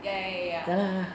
ya ya ya